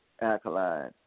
alkaline